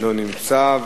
אינו נמצא.